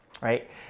right